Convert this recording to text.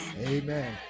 Amen